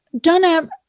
Donna